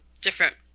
different